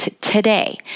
today